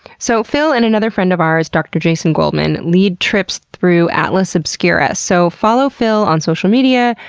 so phil and another friend of ours, dr. jason goldman, lead trips through atlas obscura. so follow phil on social media,